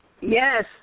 Yes